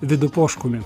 vidu poškumi